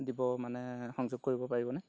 দিব মানে সংযোগ কৰিব পাৰিবনে